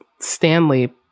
stanley